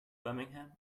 birmingham